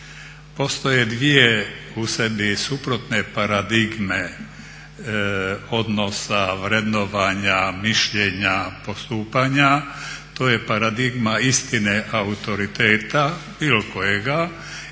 Postoje dvije u sebi suprotne paradigme odnosa, vrednovanja, mišljenja, postupanja to je paradigma istine autoriteta bilo kojega